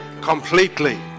completely